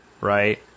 right